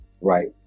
right